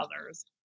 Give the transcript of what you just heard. others